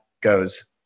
goes